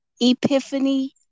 Epiphany